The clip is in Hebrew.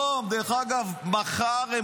מחר,